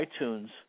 iTunes